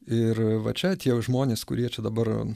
ir va čia atėjo žmonės kurie čia dabar